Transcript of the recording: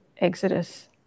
Exodus